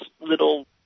little